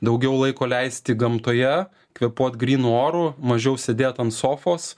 daugiau laiko leisti gamtoje kvėpuot grynu oru mažiau sėdėt ant sofos